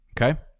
okay